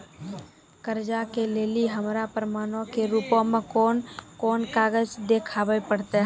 कर्जा लै लेली हमरा प्रमाणो के रूपो मे कोन कोन कागज देखाबै पड़तै?